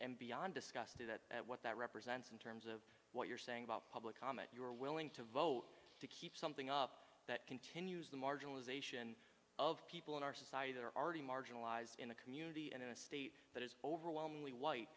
am beyond disgusted at what that represents in terms of what you're saying about public comment you are willing to vote to keep something up that continues the marginalization of people in our society that are already marginalized in the community and in a state that is overwhelmingly white